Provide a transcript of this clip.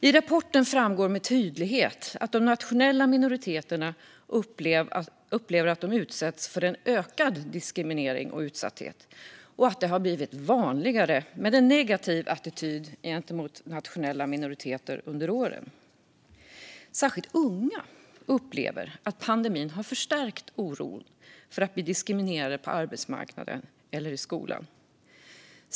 I rapporten framgår tydligt att de nationella minoriteterna upplever att de utsätts för en ökad diskriminering och utsatthet. Det har under åren blivit vanligare med en negativ attityd gentemot nationella minoriteter. Särskilt unga upplever att pandemin har förstärkt oron för att bli diskriminerad på arbetsmarknaden eller i skolan.